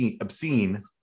obscene